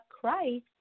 Christ